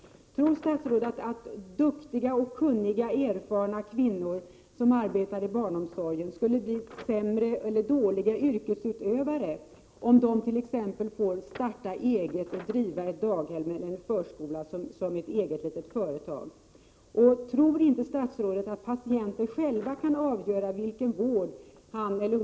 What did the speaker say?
114 Tror statsrådet att duktiga, kunniga och erfarna kvinnor som arbetar i barnomsorgen skulle bli sämre yrkesutövare om de t.ex. fick starta eget och driva ett daghem eller en förskola som ett eget litet företag? Tror inte statsrådet att patienterna själva kan avgöra vilken vård de vill ha?